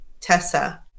tessa